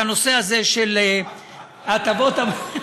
את הנושא הזה של הטבות המס,